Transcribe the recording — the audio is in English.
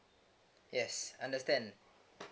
yes understand